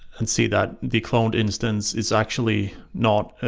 and see that the cloned instance is actually not